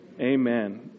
Amen